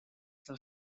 del